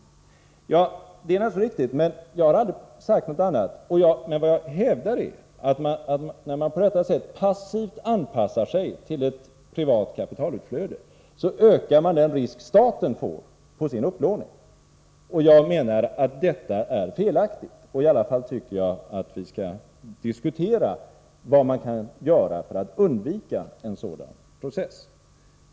Ja, detta är naturligtvis riktigt, och jag har aldrig sagt någonting annat. Men vad jag hävdar är att när man på detta sätt passivt anpassar sig till ett privat kapitalutflöde, då ökar man den risk som staten löper på sin utlandsupplåning. Och jag menar att detta är felaktigt. I alla fall tycker jag att vi skall diskutera vad man kan göra för att undvika en sådan process.